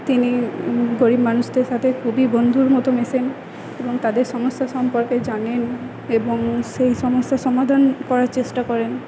তিনি গরীব মানুষদের সাথে খুবই বন্ধুর মতো মেশেন এবং তাদের সমস্যা সম্পর্কে জানেন এবং সেই সমস্যার সমাধান করার চেষ্টা করেন